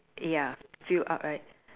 ya filled up right